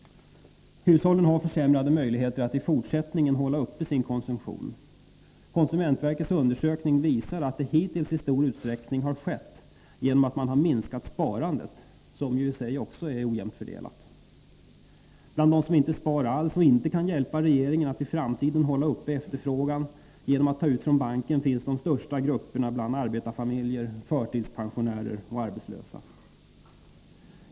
Hushållen har försämrade möjligheter att i fortsättningen hålla uppe sin konsumtion. Konsumentverkets undersökning visar att det hittills i stor utsträckning har skett genom att man har minskat sparandet, som ju i sig också är ojämnt fördelat. Bland dem som inte spar alls och inte kan hjälpa regeringen att i framtiden hålla uppe efterfrågan genom att ta ut från banken finns de största grupperna bland arbetarfamiljer, förtidspensionärer och arbetslösa.